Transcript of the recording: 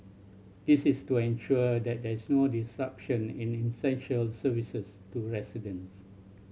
this is to ensure that there is no disruption in essential services to residents